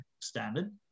standard